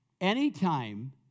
Anytime